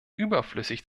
überflüssig